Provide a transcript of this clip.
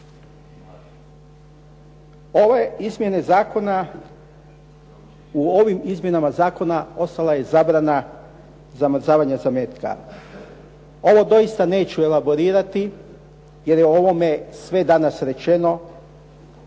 sreći. Kolege u ovim izmjenama zakona ostala je zabrana zamrzavanja zametka. Ovo doista neću elaborirati jer je o ovome sve danas rečeno